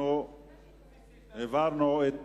אנחנו העברנו את